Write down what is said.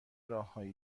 راههای